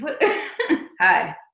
Hi